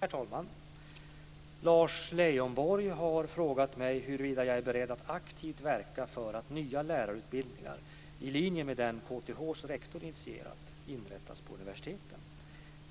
Herr talman! Lars Leijonborg har frågat mig huruvida jag är beredd att aktivt verka för att nya lärarutbildningar i linje med den KTH:s rektor initierat inrättas på universiteten.